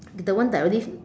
the the one that already